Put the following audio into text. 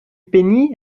peignit